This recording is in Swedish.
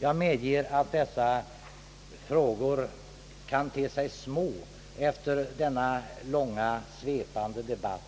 Jag medger att dessa frågor kan te sig små efter denna långa och svepande debatt